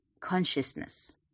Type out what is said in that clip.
consciousness